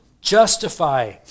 justify